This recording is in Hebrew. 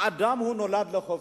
האדם נולד לחופש,